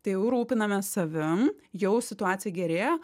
tai jau rūpinamės savim jau situacija gerėja